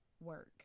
work